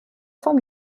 vom